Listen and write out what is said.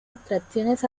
abstracciones